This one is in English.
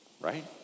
Right